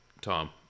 Tom